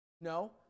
No